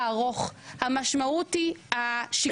המשמעות היא הטווח הארוך,